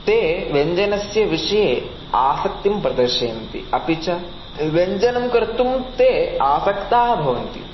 ते व्यञ्जनस्य विषये आसक्तिं प्रदर्शयन्ति अपि च व्यञ्जनं कर्तुं ते आसक्ताः भवन्ति